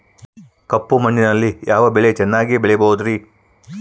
ಕಪ್ಪು ಮಣ್ಣಿನಲ್ಲಿ ಯಾವ ಬೆಳೆ ಚೆನ್ನಾಗಿ ಬೆಳೆಯಬಹುದ್ರಿ?